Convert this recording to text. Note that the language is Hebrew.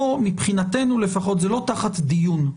מבחינתנו לפחות זה לא תחת דיון.